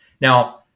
Now